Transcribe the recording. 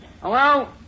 Hello